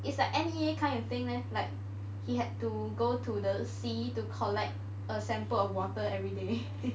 it's like N_E_A kind of thing leh like he had to go to the sea to collect a sample of water every day